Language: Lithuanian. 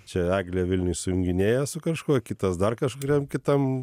čia eglė vilniuj sujunginėja su kažkuo kitas dar kažkuriam kitam